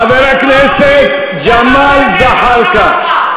חבר הכנסת ג'מאל זחאלקה.